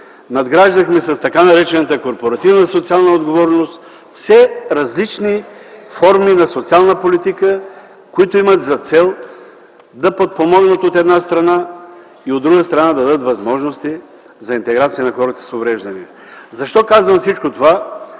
надграждахме с така наречената корпоративна социална отговорност. Това са все различни форми на социална политика, които имат за цел, от една страна, да подпомогнат, и, от друга страна, да дадат възможности за интеграция на хората с увреждания. Защо казвам всичко това?